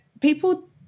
people